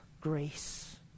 grace